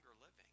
living